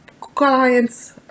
clients